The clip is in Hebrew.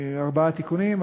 ארבעה תיקונים.